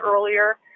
earlier